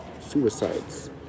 suicides